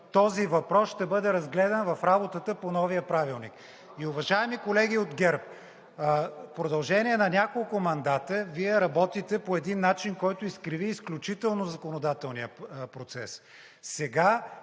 този въпрос ще бъде разгледан в работата по новия Правилник. Уважаеми колеги от ГЕРБ, в продължение на няколко мандата Вие работите по един начин, който изкриви изключително законодателния процес.